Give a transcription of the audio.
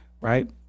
right